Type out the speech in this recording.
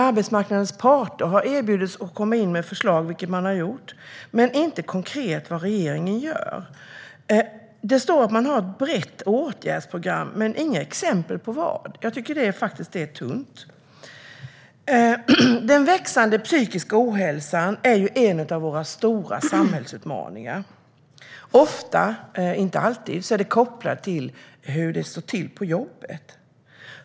Arbetsmarknadens parter har erbjudits att komma med förslag, vilket man har gjort, men vad gör regeringen konkret? Det står att man har ett brett åtgärdsprogram, men inga exempel ges. Jag tycker faktiskt att det är tunt. Den växande psykiska ohälsan är en av våra stora samhällsutmaningar. Ofta - inte alltid - är den kopplad till hur det står till på jobbet.